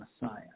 Messiah